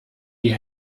die